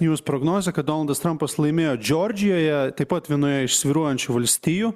news prognoze kad donaldas trampas laimėjo džordžijoje taip pat vienoje iš svyruojančių valstijų